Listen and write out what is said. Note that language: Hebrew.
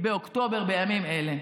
באוקטובר, בימים אלה.